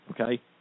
okay